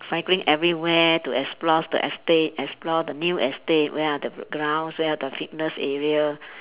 cycling everywhere too explore the estate explore the new estate where are the grounds where are the fitness area